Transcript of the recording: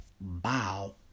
Bow